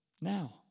Now